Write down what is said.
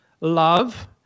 love